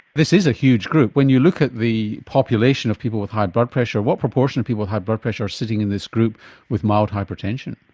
this is a huge group when you look at the population of people with high blood pressure, what proportion of people have blood pressure sitting in this group with mild hypertension?